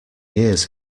years